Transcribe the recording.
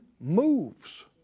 moves